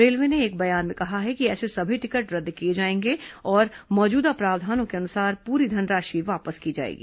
railway ने एक बयान में कहा है कि ऐसे सभी टिकट रद्द कर दिये जायेंगे और मौजूदा प्रावधानों के अनुसार पूरी धनराशि वापस की जायेगी